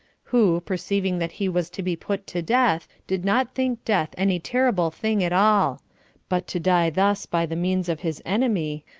who, perceiving that he was to be put to death, did not think death any terrible thing at all but to die thus by the means of his enemy,